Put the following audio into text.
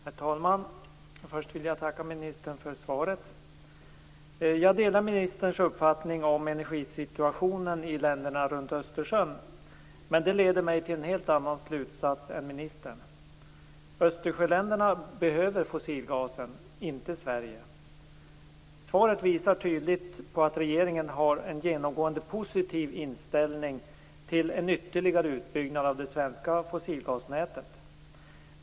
Herr talman! Först vill jag tacka ministern för svaret. Jag delar ministerns uppfattning om energisituationen i länderna runt Östersjön. Men det leder mig till en helt annan slutsats än ministerns. Östersjöländerna behöver fossilgasen, inte Sverige. Svaret visar tydligt att regeringen har en genomgående positiv inställning till en ytterligare utbyggnad av det svenska fossilgasnätet.